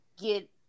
get